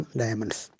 diamonds